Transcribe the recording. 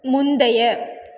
முந்தைய